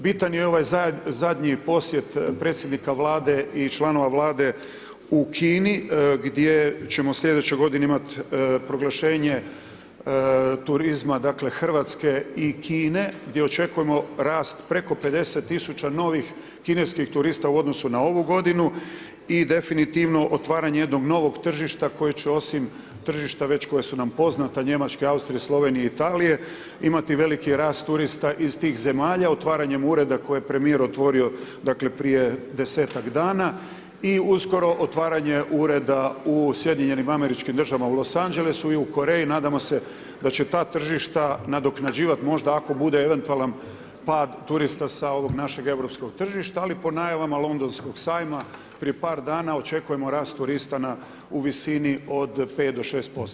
Bitan je i ovaj zadnji posjet predsjednika Vlade i članova Vlade u Kini gdje ćemo sljedeće godine imati proglašenja turizma dakle Hrvatske i Kine gdje očekujemo rast preko 50 tisuća novih kineskih turista u odnosu na ovu godinu i definitivno otvaranje jednog novog tržišta koje će osim tržišta već koja su nam poznata, Njemačke, Austrije, Slovenije i Italije imati veliki rast turista iz tih zemalja otvaranjem ureda koje je premijer otvorio, dakle prije 10-ak dana i uskoro otvaranje ureda u SAD-u u Los Angelesu i u Koreji, nadamo se da će ta tržišta nadoknađivati možda ako bude eventualan pad turista sa ovog našeg europskog tržišta ali po najavama londonskog sajma prije par dana očekujemo rast turista na, u visini od 5 do 6%